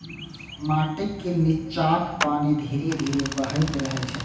माटिक निच्चाक पानि धीरे धीरे बहैत रहै छै